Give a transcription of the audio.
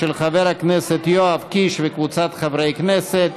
של חבר הכנסת יואב קיש וקבוצת חברי כנסת.